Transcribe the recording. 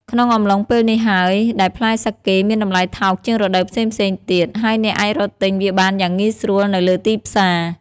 ក្នុងអំឡុងពេលនេះហើយដែលផ្លែសាកេមានតម្លៃថោកជាងរដូវផ្សេងៗទៀត ហើយអ្នកអាចរកទិញវាបានយ៉ាងងាយស្រួលនៅលើទីផ្សារ។